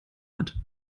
hat